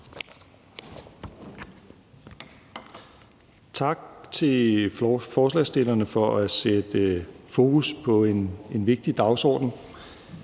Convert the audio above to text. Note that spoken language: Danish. Tak til forslagsstillerne for at sætte fokus på en vigtig dagsorden.